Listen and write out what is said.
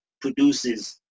produces